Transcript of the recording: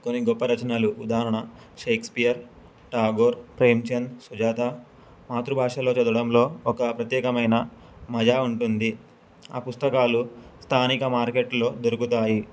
కొన్ని గొప్ప రచనలు ఉదాహరణ షేక్స్పియర్ టాగోర్ ప్రేమ్చంద సుజాత మాతృభాషలో చదవడంలో ఒక ప్రత్యేకమైన మజా ఉంటుంది ఆ పుస్తకాలు స్థానిక మార్కెట్లో దొరుకుతాయి